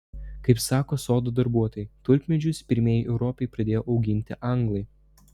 kaip sako sodo darbuotojai tulpmedžius pirmieji europoje pradėjo auginti anglai